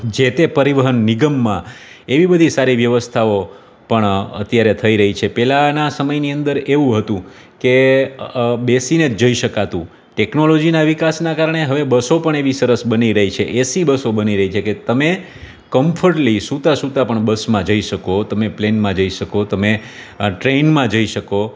જે તે પરિવહન નિગમમાં એવી બધી સારી વ્યવસ્થાઓ પણ અત્યારે થઈ રઈ છે પહેલાંના સમયની અંદર એવું હતું કે બેસીને જ જઈ શકાતું ટેકનોલોજીના વિકાસના કારણે હવે બસો પણ એવી સરસ બની રઈ છે એસી બસો બની રહી છે કે તમે કમ્ફર્ટલી સૂતા પણ બસમાં જઈ શકો તમે પ્લેનમાં જઈ શકો તમે આ ટ્રેનમાં જઈ શકો